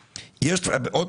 גס.